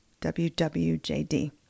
WWJD